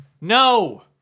No